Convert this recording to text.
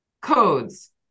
codes